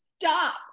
stop